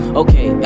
okay